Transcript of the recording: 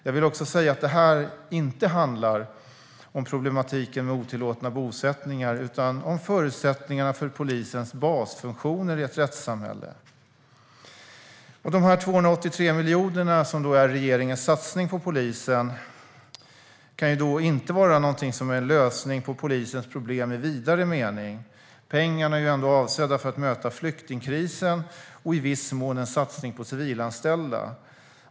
Jag vill understryka att detta inte handlar om problematiken med otillåtna bosättningar utan om förutsättningarna för polisens basfunktioner i ett rättssamhälle. De 283 miljoner kronor som är regeringens satsning på polisen kan inte vara någonting som är en lösning på polisens problem i vidare mening. Pengarna är ändå avsedda för att möta flyktingkrisen och i viss mån en satsning på civilanställda.